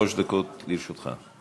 שלוש דקות לרשותך.